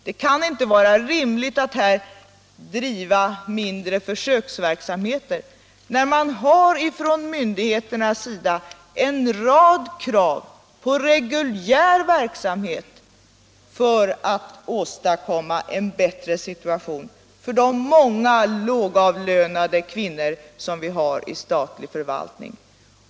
Det kan inte vara rimligt att här bara bedriva en mindre försöksverksamhet, när myndigheterna har ställt en rad krav på reguljär verksamhet för att åstadkomma en bättre situation för de många lågavlönade kvinnor som finns i statlig förvaltning.